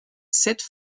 cette